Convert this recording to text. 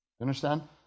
understand